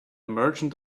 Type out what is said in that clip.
merchant